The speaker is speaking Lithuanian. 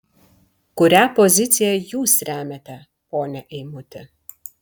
kurią poziciją jūs remiate pone eimuti